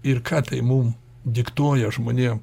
ir ką tai mum diktuoja žmonė